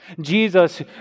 Jesus